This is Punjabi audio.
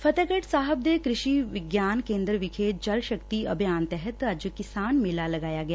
ਫਤਹਿਗੜ ਸਾਹਿਬ ਦੇ ਕ੍ਰਿਸ਼ੀ ਵਿਗਿਆਨ ਕੇਦਰ ਵਿਖੇ ਜਲ ਸ਼ਕਤੀ ਅਭਿਆਨ ਤਹਿਤ ਅੱਜ ਕਿਸਾਨ ਮੇਲਾ ਲਗਾਇਆ ਗਿਆ